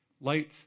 light